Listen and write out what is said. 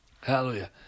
Hallelujah